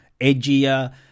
edgier